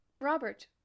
Robert